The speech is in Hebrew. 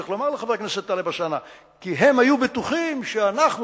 צריך לומר לחבר הכנסת אלסאנע: כי הם היו בטוחים שאנחנו,